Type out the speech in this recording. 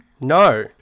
No